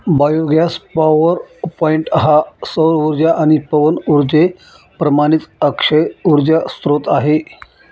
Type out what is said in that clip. biogas power point हा सौर उर्जा आणि पवन उर्जेप्रमाणेच अक्षय उर्जा स्त्रोत आहे